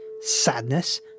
sadness